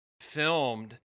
filmed